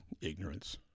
ignorance